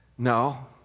No